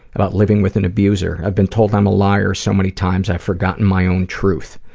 about living with an abuser. i've been told i'm a liar so many times, i've forgotten my own truth.